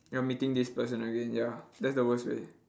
you're meeting this person again ya that's the worst way